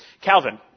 Calvin